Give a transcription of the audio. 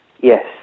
Yes